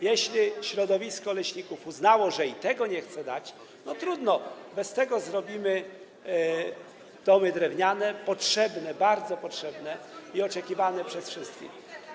Jeśli środowisko leśników uznało, że i tego nie chce dać, to trudno, bez tego zrobimy domy drewniane - potrzebne, bardzo potrzebne i oczekiwane przez wszystkich.